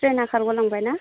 ट्रैनआ खारग'लांबाय ना